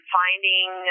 finding